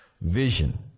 Vision